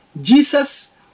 Jesus